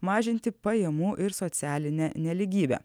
mažinti pajamų ir socialinę nelygybę